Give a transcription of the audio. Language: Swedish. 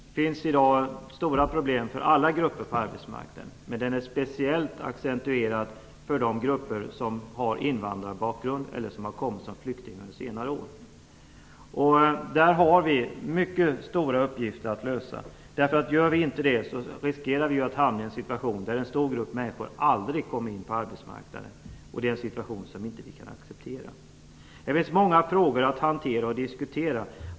Det finns i dag stora problem för alla grupper på arbetsmarknaden, men de är speciellt accentuerade för de grupper som har invandrarbakgrund eller som har kommit som flyktingar under senare år. Vi har därvidlag mycket stora uppgifter framför oss. Om vi inte kommer till rätta med dem, riskerar vi att hamna i en situation där en stor grupp människor aldrig kommer in på arbetsmarknaden. Det är en situation som vi inte kan acceptera. Det finns många frågor att diskutera.